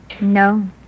No